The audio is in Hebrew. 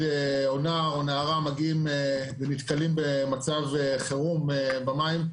או נער או נערה מגיעים ונתקלים במצב חירום במים,